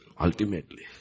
Ultimately